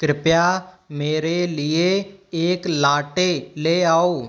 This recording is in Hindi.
कृपया मेरे लिए एक लाटे ले आओ